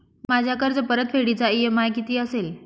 माझ्या कर्जपरतफेडीचा इ.एम.आय किती असेल?